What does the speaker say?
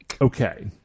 Okay